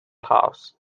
house